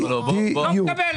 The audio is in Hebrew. בדיוק.